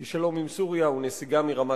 כי שלום עם סוריה הוא נסיגה מרמת-הגולן,